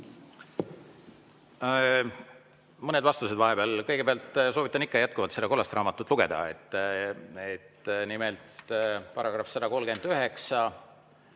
Mõned vastused vahepeal. Kõigepealt soovitan ikka jätkuvalt seda kollast raamatut lugeda. Nimelt, § 139.